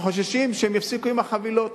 אנחנו חוששים שהם יפסיקו את החבילות,